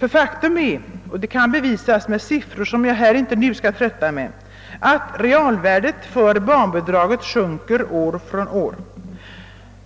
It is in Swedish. ty faktum är — och det kan bevisas med siffror, som jag här nu inte skall trötta med — att barnbidragens realvärde sjunker år från år.